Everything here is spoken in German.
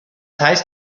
heißt